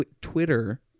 Twitter